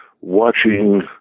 watching